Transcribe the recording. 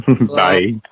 Bye